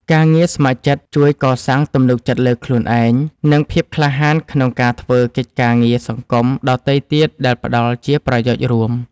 ការងារស្ម័គ្រចិត្តជួយកសាងទំនុកចិត្តលើខ្លួនឯង និងភាពក្លាហានក្នុងការធ្វើកិច្ចការងារសង្គមដទៃទៀតដែលផ្ដល់ជាប្រយោជន៍រួម។